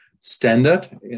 standard